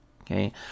Okay